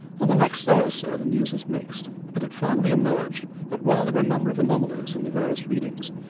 on the next day or so the news was mixed, but it finally emerged that while there were a number of anomalies in the various readings,